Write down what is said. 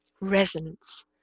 resonance